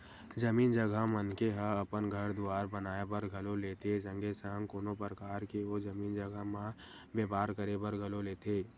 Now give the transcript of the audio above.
जमीन जघा मनखे ह अपन घर दुवार बनाए बर घलो लेथे संगे संग कोनो परकार के ओ जमीन जघा म बेपार करे बर घलो लेथे